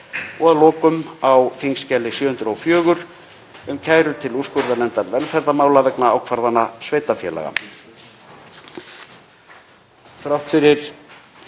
og að lokum á þskj. 704, um kærur til úrskurðarnefndar velferðarmála vegna ákvarðana sveitarfélaga.